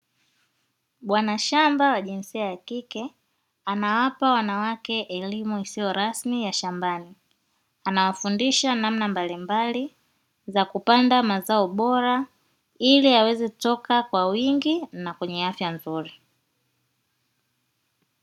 Bwana shamba wa jinsia ya kike, anawapa wanawake elimu isiyo rasmi ya shambani. Anawafundisha namna mbalimbali za kupanda mazao bora, ili yaweze kutoka kwa wingi na kwenye afya nzuri.